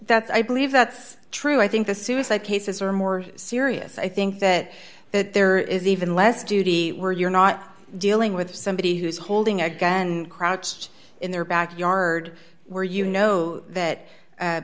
that's i believe that's true i think the suicide cases are more serious i think that that there is even less duty where you're not dealing with somebody who's holding a gun and crouched in their backyard where you know